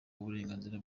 w’uburenganzira